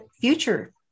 future